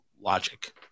logic